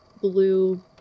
Blue